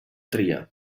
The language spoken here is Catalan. tria